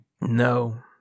No